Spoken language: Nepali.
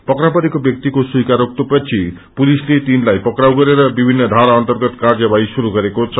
पक्रा परेका व्याक्तिको स्वीाकारोक्तिपछि पुलिसले तिनलााई पक्राउ गरेर विभिन्न धाररा अर्न्तगत कार्यवाही शुरू गरेको छ